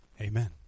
amen